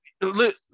look